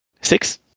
six